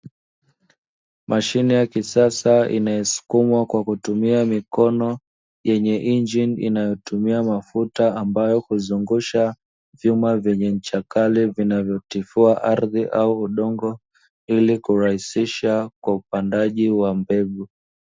Mashine ya kisasa inasukumwa kwa kutumia mikono yenye injini inayotumia mafuta, ambayo kuzungusha vyuma vyenye ncha kali vinavyotifua ardhi au udongo ili kurahisisha kwa upandaji wa mbegu.